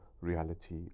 reality